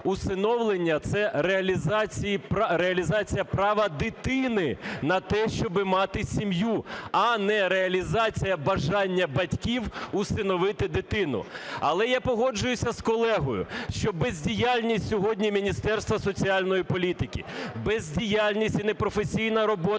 усиновлення – це реалізація права дитини на те, щоби мати сім'ю, а не реалізація бажання батьків усиновити дитину. Але я погоджуюся з колегою, що бездіяльність сьогодні Міністерства соціальної політики, бездіяльність і непрофесійна робота